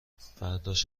فرداش